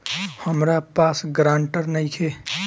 हमरा पास ग्रांटर नइखे?